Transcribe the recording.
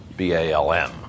B-A-L-M